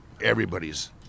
everybody's